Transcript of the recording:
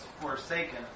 forsaken